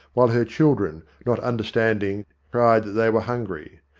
while her children, not under standing, cried that they were hungry.